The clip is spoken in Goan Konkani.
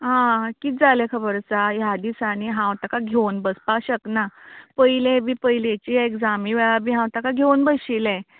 आं किद जालें खबर आसा ह्या दिसांनी हांव ताका घेवन बसपाक शकलें ना पयलें बी पयलेची एक्जामी वेळार बी हांव तेका घेवन बशिल्लें